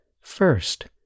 first